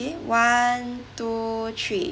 K one two three